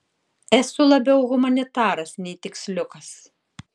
esu labiau humanitaras nei tiksliukas